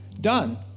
Done